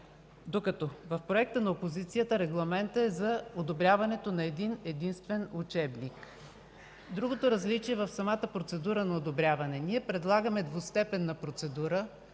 В Проекта на опозицията регламентът е за одобряване на един-единствен учебник. Другото различие е в самата процедура на одобряване. Ние предлагаме двустепенна процедура.